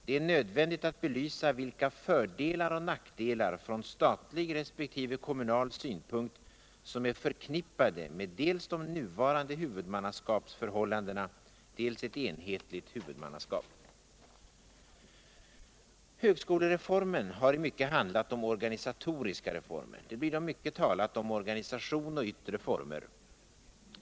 Det är nödvändigt att belvsa vilka fördelar och nackdelar från statlig resp. kommunal synpunkt som är Högskolereformerna har i mycket varit organisatoriska reformer. Det blir då mycket talat om organisation och yttre former.